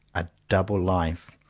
a double life.